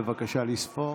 בבקשה לספור.